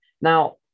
Now